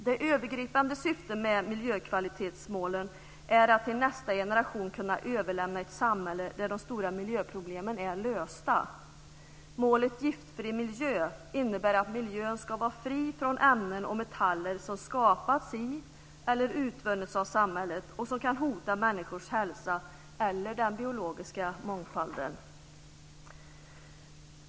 Det övergripande syftet med miljökvalitetsmålen är att till nästa generation kunna överlämna ett samhälle där de stora miljöproblemen är lösta. Målet Giftfri miljö innebär att miljön ska vara fri från ämnen och metaller som skapats i eller utvunnits av samhället och som kan hota människors hälsa eller den biologiska mångfalden.